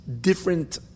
different